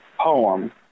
poem